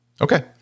Okay